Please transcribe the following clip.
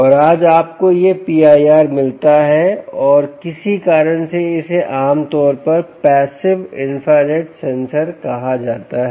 और आज आपको यह PIR मिलता है और किसी कारण से इसे आमतौर पर पैसिव इंफ्रारेड सेंसर कहा जाता है